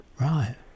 Right